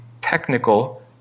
technical